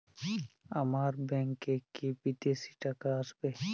আমার ব্যংকে কি বিদেশি টাকা আসবে?